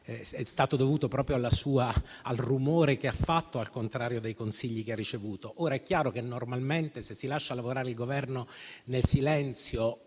proprio grazie al rumore che ha fatto, al contrario dei consigli che ha ricevuto. È chiaro che normalmente se si lascia lavorare il Governo nel silenzio,